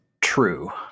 true